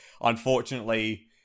unfortunately